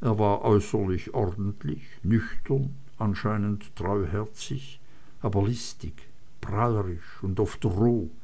er war äußerlich ordentlich nüchtern anscheinend treuherzig aber listig prahlerisch und oft